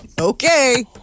Okay